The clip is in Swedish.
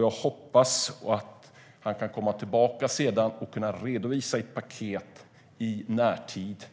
Jag hoppas att han kan komma tillbaka och redovisa ett paket i närtid